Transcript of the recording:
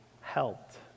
helped